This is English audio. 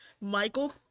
Michael